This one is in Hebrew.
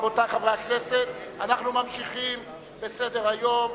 רבותי חברי הכנסת, אנחנו ממשיכים בסדר-היום,